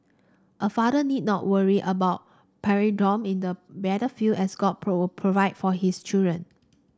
a father need not worry about in the battlefield as God provide for his children